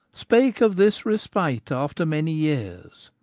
spake of this respite after many years,